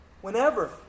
Whenever